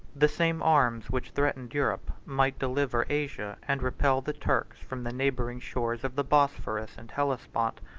the same arms which threatened europe might deliver asia, and repel the turks from the neighboring shores of the bosphorus and hellespont.